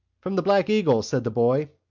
from the black eagle, said the boy,